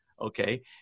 Okay